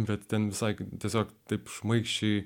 bet ten sakė tiesiog taip šmaikščiai